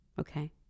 okay